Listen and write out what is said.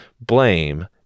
blame